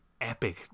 epic